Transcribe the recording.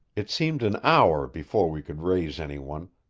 it seemed an hour before we could raise any one,